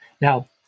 Now